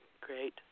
Great